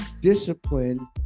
discipline